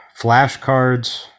flashcards